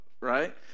right